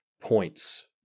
points